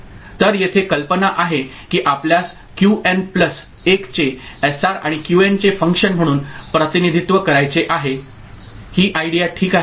तर येथे कल्पना आहे की आपल्यास क्यूएन प्लस 1 चे एसआर आणि क्यूएन चे फंक्शन म्हणून प्रतिनिधित्व करायचे आहे ही आयडिया ठीक आहे